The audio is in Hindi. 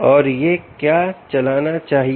और यह क्या चलाना चाहिए